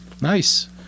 nice